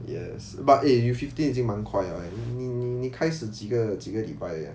yes but eh you fifteen 已经蛮快了 eh 你你开始几个几个礼拜